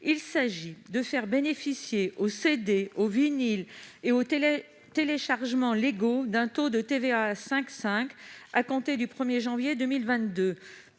Il s'agit de faire bénéficier les CD, les vinyles et les téléchargements légaux d'un taux de TVA à 5,5 % à compter du 1 janvier 2022,